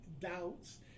doubts